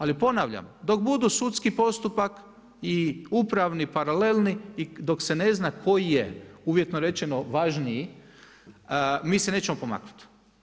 Ali, ponavljam, dok budu sudski postupak i upravni paralelni i dok se ne zna koji je, uvjetno rečeno važniji, mi se nećemo pomaknuti.